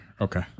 Okay